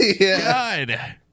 God